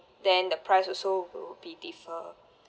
then the price also will be differ